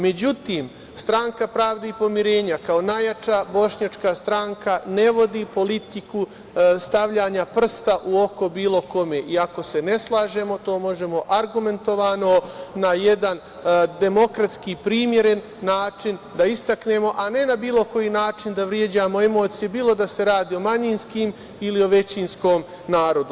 Međutim, Stranka pravde i pomirenja, kao najjača bošnjačka stranka ne vodi politiku stavljanja prsta u oko bilo kome, i ako se ne slažemo to možemo argumentovano na jedan demokratski i primeren način da istaknemo, a ne na bilo koji način da vređamo emocije bilo da se radi o manjinskim ili o većinskom narodu.